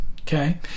Okay